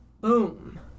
boom